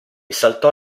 saltò